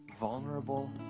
vulnerable